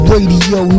Radio